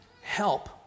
help